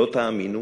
לא תאמינו,